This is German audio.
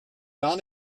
gar